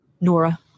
Nora